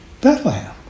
Bethlehem